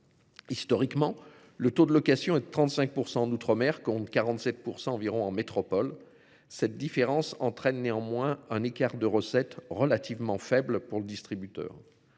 Historiquement, le taux de location et de 35% d'outre-mer compte 47% environ en métropole cette différence entraîne néanmoins un écart de recettes relativement faible pour le distributeur.